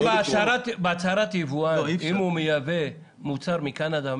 בהצהרת יבואן אם הוא מייבא מוצר מקנדה או